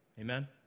Amen